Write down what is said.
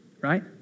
right